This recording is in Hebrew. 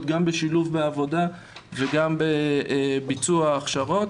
גם בשילוב בעבודה וגם בביצוע הכשרות.